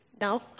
No